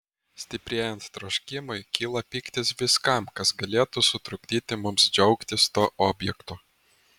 stiprėjant troškimui kyla pyktis viskam kas galėtų sutrukdyti mums džiaugtis tuo objektu